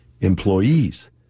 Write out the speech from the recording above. employees